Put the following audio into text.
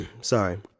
sorry